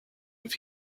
with